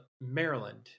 Maryland